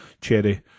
cherry